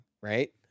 right